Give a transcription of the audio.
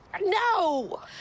No